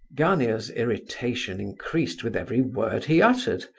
gania's irritation increased with every word he uttered,